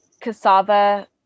cassava